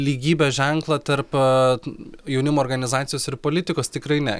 lygybės ženklą tarp a jaunimo organizacijos ir politikos tikrai ne